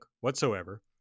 whatsoever